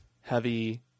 heavy